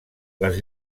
les